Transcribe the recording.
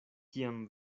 kiam